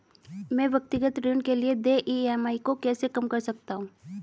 मैं व्यक्तिगत ऋण के लिए देय ई.एम.आई को कैसे कम कर सकता हूँ?